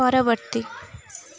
ପରବର୍ତ୍ତୀ